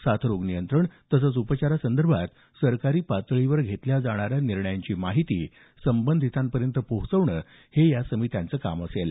साथरोग नियंत्रण तसंच उपचारासंदर्भात सरकारी पातळीवर घेतल्या जाणाऱ्या निर्णयांची माहिती संबंधितांपर्यंत पोहोचवणं हे या समित्यांचं काम असेल